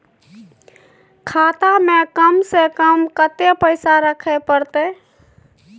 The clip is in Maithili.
खाता में कम से कम कत्ते पैसा रखे परतै?